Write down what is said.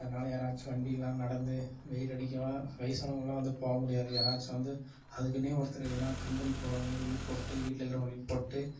அதனால யாராச்சும் வண்டி இல்லான நடந்து வெயில் அடிக்கும் வயசானவங்களெலாம் வந்து போக முடியாது யாராச்சும் வந்து அதுக்குனே ஒருத்தர் ஏதுனா கம்பெனிக்கு போறவங்க லீவு போட்டு வீட்டில் இருக்கிறவுங்க லீவ் போட்டு